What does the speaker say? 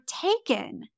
taken